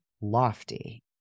lofty